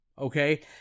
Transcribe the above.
okay